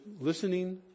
listening